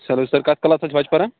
چَلو سَر کَتھ کَلاسَس چھُ بَچہٕ پَران